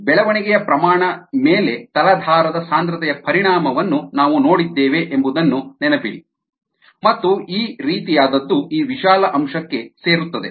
ಬೆಳವಣಿಗೆಯ ಪ್ರಮಾಣ ಮೇಲೆ ತಲಾಧಾರದ ಸಾಂದ್ರತೆಯ ಪರಿಣಾಮವನ್ನು ನಾವು ನೋಡಿದ್ದೇವೆ ಎಂಬುದನ್ನು ನೆನಪಿಡಿ ಮತ್ತು ಈ ರೀತಿಯಾದದ್ದು ಈ ವಿಶಾಲ ಅಂಶಕ್ಕೆ ಸೇರುತ್ತದೆ